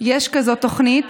יש תוכנית